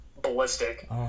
ballistic